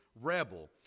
rebel